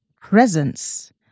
presence